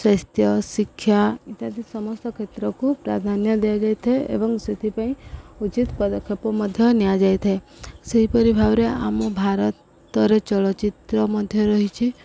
ସ୍ୱାସ୍ଥ୍ୟ ଶିକ୍ଷା ଇତ୍ୟାଦି ସମସ୍ତ କ୍ଷେତ୍ରକୁ ପ୍ରାଧାନ୍ୟ ଦିଆଯାଇଥାଏ ଏବଂ ସେଥିପାଇଁ ଉଚିତ ପଦକ୍ଷେପ ମଧ୍ୟ ନିଆଯାଇଥାଏ ସେହିପରି ଭାବରେ ଆମ ଭାରତରେ ଚଳଚ୍ଚିତ୍ର ମଧ୍ୟ ରହିଛି